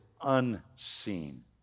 unseen